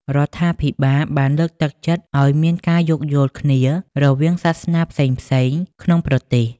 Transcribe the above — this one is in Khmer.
រដ្ឋាភិបាលបានលើកទឹកចិត្តឱ្យមានការយោគយល់គ្នារវាងសាសនាផ្សេងៗក្នុងប្រទេស។